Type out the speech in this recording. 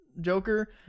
Joker